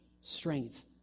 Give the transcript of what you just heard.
strength